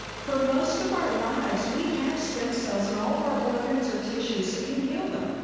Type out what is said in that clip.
for most of our lives, we have stem cells in all of our organs or tissues that can heal them.